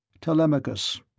Telemachus